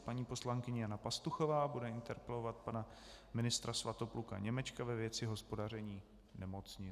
Paní poslankyně Jana Pastuchová bude interpelovat pana ministra Svatopluka Němečka ve věci hospodaření nemocnic.